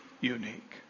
unique